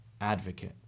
advocate